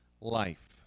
life